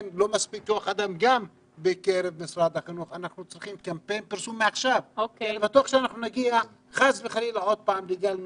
אנחנו צריכים קמפיין פרסום מעכשיו כדי שחס וחלילה לא נגיע שוב לגל נוסף.